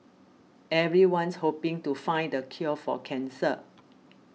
everyone's hoping to find the cure for cancer